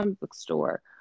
bookstore